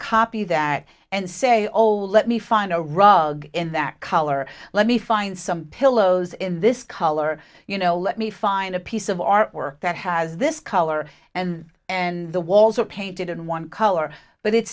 copy that and say old let me find a rug in that color let me find some pillows in this color you know let me find a piece of artwork that has this color and and the walls are painted in one color but it's